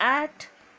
आठ